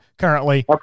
currently